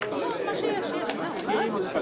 היום 7